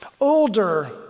Older